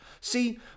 See